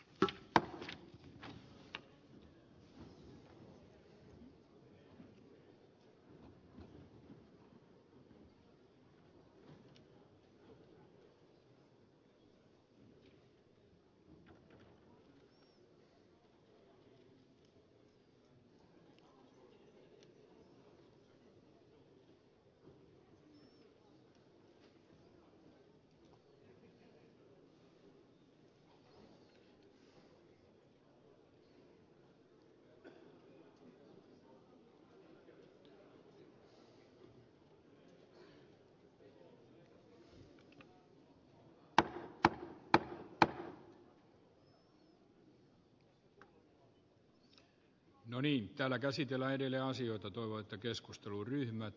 r meidän pitää vaan toimia niin että maatalous säilyy kannattavana jatkossa